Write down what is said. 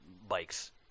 bikes